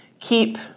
keep